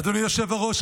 אדוני היושב-ראש,